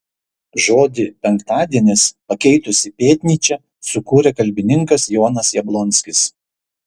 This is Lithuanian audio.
žodį penktadienis pakeitusį pėtnyčią sukūrė kalbininkas jonas jablonskis